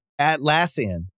Atlassian